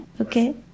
okay